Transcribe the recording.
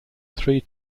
three